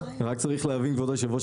רק צריך להבין כבוד יושב הראש,